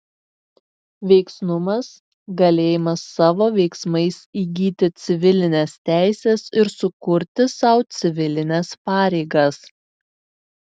veiksnumas galėjimas savo veiksmais įgyti civilines teises ir sukurti sau civilines pareigas